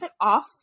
off